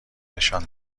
نشان